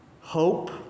Hope